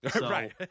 Right